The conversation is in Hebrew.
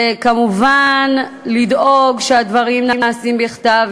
וכמובן לדאוג שהדברים ייעשו בכתב,